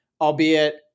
Albeit